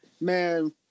man